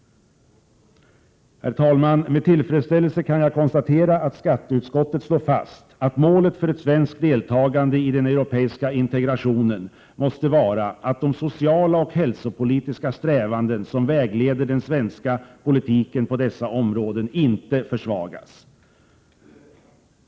Herr talman! Med tillfredsställelse kan jag konstatera att skatteutskottet slår fast att målet för ett svenskt deltagande i den europeiska integrationen måste vara att de sociala och hälsopolitiska strävanden som vägleder den svenska politiken på dessa områden inte försvagas.